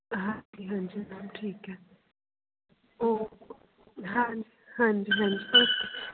ਹਾਂਜੀ ਹਾਂਜੀ ਠੀਕ ਹੈ ਓ ਹਾਂਜੀ ਹਾਂਜੀ